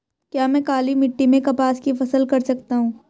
क्या मैं काली मिट्टी में कपास की फसल कर सकता हूँ?